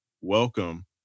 welcome